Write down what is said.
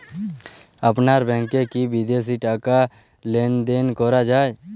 আপনার ব্যাংকে কী বিদেশিও টাকা লেনদেন করা যায়?